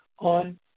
on